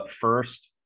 first